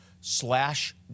slash